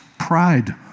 Pride